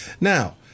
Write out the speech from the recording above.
Now